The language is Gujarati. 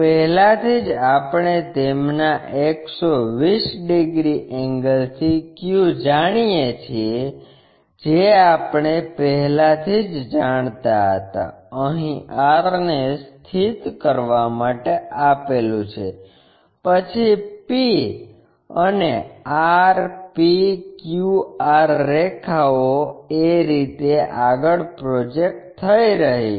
પહેલાથી જ આપણે તેમના 120 ડિગ્રી એન્ગલથી q જાણીએ છીએ જે આપણે પહેલાથી જ જાણતા હતા અહીં r ને સ્થિત કરવા માટે આપેલું છે પછી p અને r p q r રેખાઓ એ રીતે આગળ પ્રોજેક્ટ થઇ રહી છે